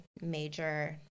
major